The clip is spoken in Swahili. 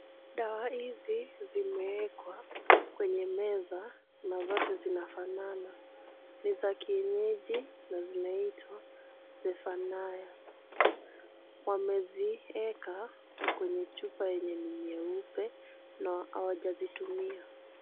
Dawa hizi zimeekwa kwenye meza na zote zinafanana. Ni za kienyeji na zinaitwa Zefania. Wameziweka kwenye chupa yenye ni nyeupe na hawajazitumia.